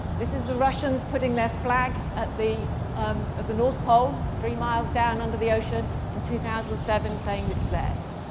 this is the russians putting their flag at the um at the north pole, three miles down under the ocean, in two thousand and seven, saying it's theirs.